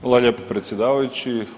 Hvala lijepo predsjedavajući.